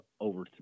over